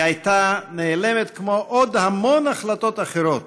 היא הייתה נעלמת כמו עוד המון החלטות אחרות